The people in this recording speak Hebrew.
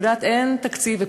את יודעת, אין תקציב.